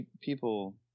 people –